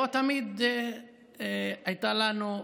לא תמיד ניתן לנו,